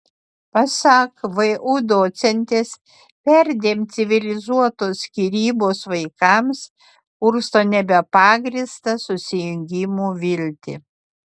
pasak vu docentės perdėm civilizuotos skyrybos vaikams kursto nebepagrįstą susijungimo viltį